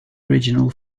original